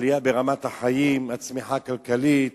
העלייה ברמת החיים, הצמיחה הכלכלית,